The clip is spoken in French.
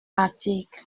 article